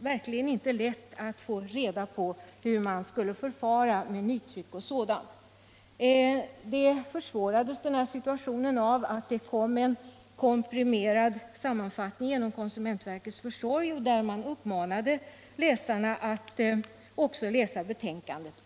verkligen inte lätt att få reda på hur man skulle förfara med nytryck och sådant. Situationen försvårades av att det kom ut en komprimerad sammanfattning genom konsumentverkets försorg där man uppmanade läsarna att också läsa betänkadet.